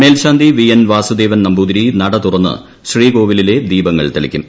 മേൽശാന്തി V N Vasudevan Namboothiri നട തുറന്ന് ശ്രീകോവിലിലെ ദീപങ്ങൾ തെളിക്കും